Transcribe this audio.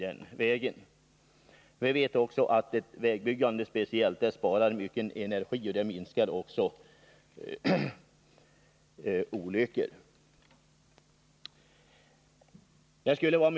Vi vet då att insatser på vägbyggande medför att vi sparar mycken energi, och dessutom får vi ett minskat antal trafikolyckor.